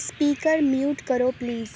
speaker mute کرو please